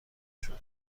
شدم